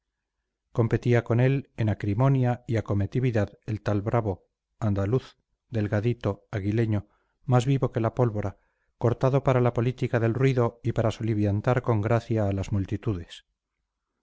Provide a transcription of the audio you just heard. competía con él en acrimonia y acometividad el tal brabo andaluz delgadito aguileño más vivo que la pólvora cortado para la política del ruido y para soliviantar con gracia a las multitudes